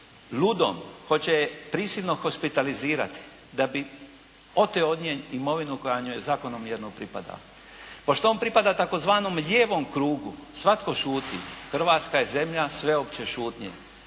ludom. Hoće je prisilno hospitalizirati, da bi oteo od nje imovinu koja njoj zakonom jedinoj pripada. Pošto on pripada tzv. lijevom krugu svatko šuti. Hrvatska je zemlja sveopće šutnje.